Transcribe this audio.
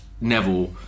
Neville